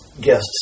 guests